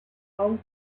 out